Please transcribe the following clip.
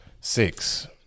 six